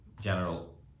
General